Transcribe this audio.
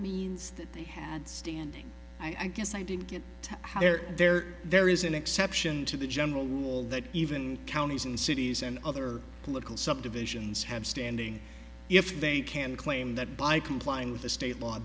means that they had standing i guess i didn't get there there is an exception to the general wall that even counties and cities and other political subdivisions have standing if they can claim that by complying with the state law